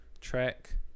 Track